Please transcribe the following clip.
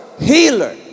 healer